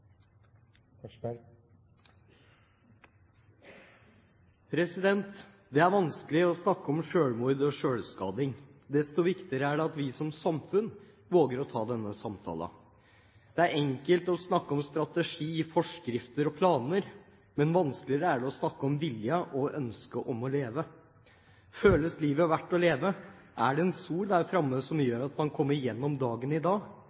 vanskelig å snakke om selvmord og selvskading. Desto viktigere er det at vi, som samfunn, våger å ta denne samtalen. Det er enkelt å snakke om strategi, forskrifter og planer, men vanskeligere å snakke om viljen til og ønsket om å leve. Føles livet verdt å leve? Er det en sol der framme som gjør at man kommer gjennom dagen i dag?